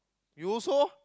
you also